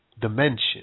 dimension